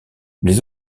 les